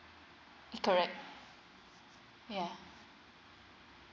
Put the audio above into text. correct yeah